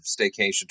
Staycation